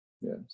yes